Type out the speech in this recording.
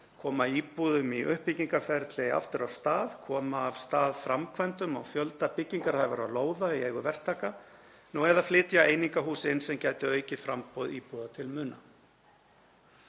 koma íbúðum í uppbyggingarferli aftur af stað, koma af stað framkvæmdum á fjölda byggingarhæfra lóða í eigu verktaka eða flytja inn einingahús sem gætu aukið framboð íbúða til muna.